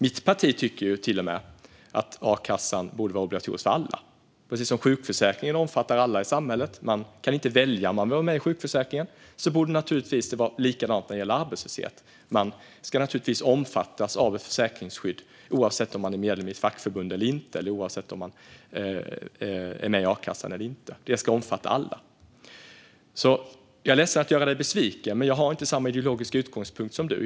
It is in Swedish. Mitt parti tycker till och med att a-kassan borde vara obligatorisk för alla, precis som sjukförsäkringen omfattar alla i samhället. Man kan inte välja om man vill vara med i sjukförsäkringen, och det borde vara likadant när det gäller arbetslöshet. Man ska naturligtvis omfattas av ett försäkringsskydd oavsett om man är medlem i ett fackförbund eller inte och oavsett om man är med i a-kassan eller inte. Detta ska omfatta alla. Jag är ledsen att göra dig besviken, Ida Gabrielsson, men jag har inte samma ideologiska utgångspunkt som du.